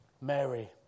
Mary